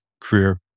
career